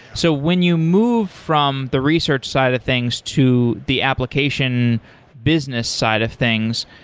so when you move from the research side of things to the application business side of things,